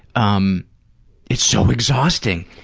um it's so exhausting.